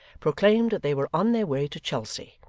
proclaimed that they were on their way to chelsea,